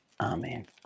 Amen